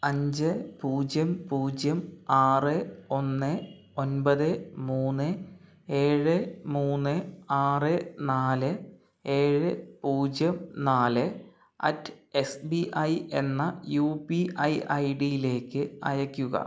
അഞ്ച് പൂജ്യം പൂജ്യം ആറ് ഒന്ന് ഒൻപത് മൂന്ന് ഏഴ് മൂന്ന് ആറ് നാല് ഏഴ് പൂജ്യം നാല് അറ്റ് എസ് ബി ഐ എന്ന U P I I D യിലേക്ക് അയയ്ക്കുക